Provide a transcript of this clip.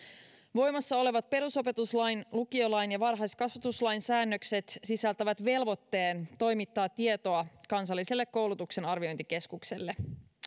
voimassa olevat perusopetuslain lukiolain ja varhaiskasvatuslain säännökset sisältävät velvoitteen toimittaa tietoa kansalliselle koulutuksen arviointikeskukselle